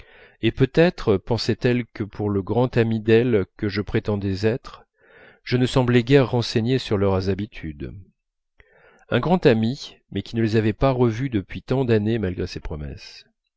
et peut-être pensaient elles que pour le grand ami d'elles que je prétendais être je ne semblais guère renseigné sur leurs habitudes un grand ami mais qui ne les avais pas revues depuis tant d'années malgré ses promesses